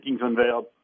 unveiled